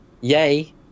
Yay